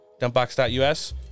Dumpbox.us